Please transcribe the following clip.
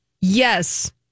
Yes